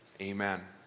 Amen